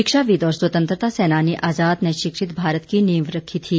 शिक्षाविद और स्वतंत्रता सैनानी आजाद ने शिक्षित भारत की नींव रखी थी